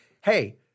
hey—